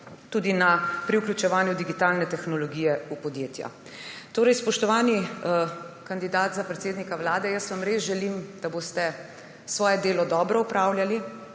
tudi pri vključevanju digitalne tehnologije v podjetja. Spoštovani kandidat za predsednika Vlade, jaz vam res želim, da boste svoje delo dobro opravljali,